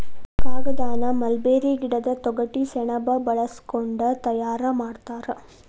ಕಾಗದಾನ ಮಲ್ಬೇರಿ ಗಿಡದ ತೊಗಟಿ ಸೆಣಬ ಬಳಸಕೊಂಡ ತಯಾರ ಮಾಡ್ತಾರ